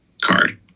card